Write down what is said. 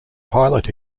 pilot